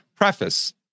preface